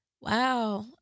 wow